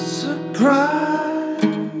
surprise